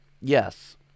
yes